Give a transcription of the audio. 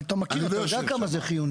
אבל אתה מכיר, אתה יודע כמה זה חיוני.